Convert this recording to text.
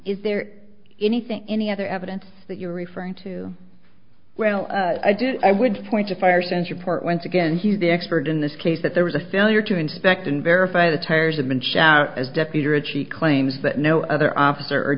is there anything any other evidence that you're referring to well i did i would point to fire centerport once again he's the expert in this case that there was a failure to inspect and verify the tires had been shot as deputy ritchie claims that no other officer